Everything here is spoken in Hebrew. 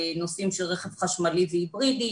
בנושאים של רכב חשמלי והיברידי